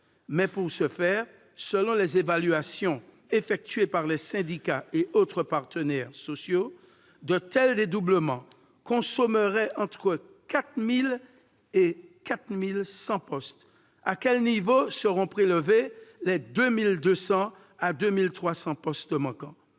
Mais, pour ce faire, selon les évaluations effectuées par les syndicats et les autres partenaires sociaux, de tels dédoublements consommeraient entre 4 000 et 4 100 postes. À quel niveau seront prélevés les 2 200 à 2 300 postes manquants ?